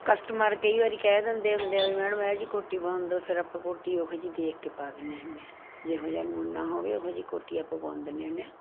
customer ਕਈ ਵਾਰੀ ਕਹਿ ਦਿੰਦੇ ਹੁੰਦੇ ਆ ਵੀ ਮੈਡਮ ਇਹ ਜਿਹੀ ਕੋਟੀ ਬੁਣ ਦਿਓ ਫਿਰ ਆਪਾਂ ਕੋਟੀ ਉਹੋ ਜਿਹੀ ਦੇਖ ਕੇ ਪਾ ਦਿੰਦੇ ਹੁੰਦੇ ਹਾਂ ਜਿਹੋ ਜਿਹਾ ਨਮੂਨਾ ਹੋਵੇ ਉਹੋ ਜਿਹੀ ਕੋਟੀ ਆਪਾਂ ਬੁਣ ਦਿੰਦੇ ਹੁੰਦੇ ਹਾਂ